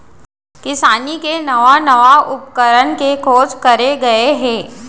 किसानी के नवा नवा उपकरन के खोज करे गए हे